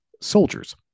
soldiers